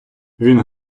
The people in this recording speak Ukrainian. він